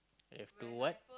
you have to what